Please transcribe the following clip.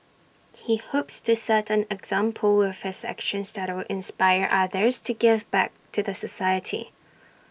he hopes to set an example with his actions that will inspire others to give back to the society